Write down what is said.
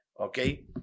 Okay